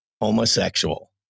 homosexual